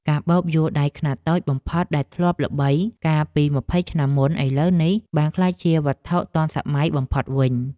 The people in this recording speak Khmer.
កាបូបយួរដៃខ្នាតតូចបំផុតដែលធ្លាប់ល្បីកាលពីម្ភៃឆ្នាំមុន ឥឡូវនេះបានក្លាយជាវត្ថុទាន់សម័យបំផុតវិញ។